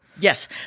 Yes